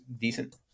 decent